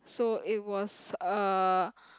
so it was a